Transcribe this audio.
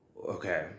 Okay